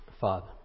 Father